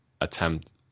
attempt